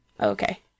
Okay